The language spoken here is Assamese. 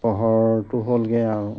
পোহৰটো হ'লগৈ আৰু